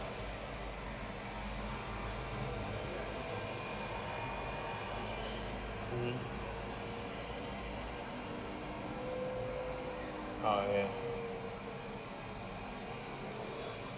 (uh huh) ah ya